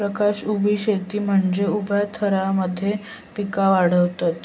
प्रकाश उभी शेती म्हनजे उभ्या थरांमध्ये पिका वाढवता